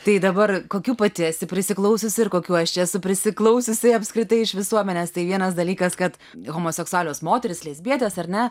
tai dabar kokių pati esi prisiklausius ir kokių aš čia esu prisiklausiusi apskritai iš visuomenės tai vienas dalykas kad homoseksualios moterys lesbietės ar ne